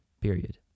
Period